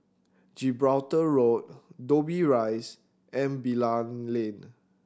Gibraltar Road Dobbie Rise and Bilal Lane